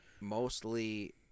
Mostly